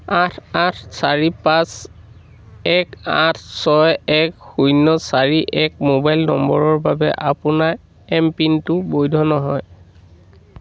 আঠ আঠ চাৰি পাঁচ এক আঠ ছয় এক শূন্য চাৰি এক মোবাইল নম্বৰৰ বাবে আপোনাৰ এম পিনটো বৈধ নহয়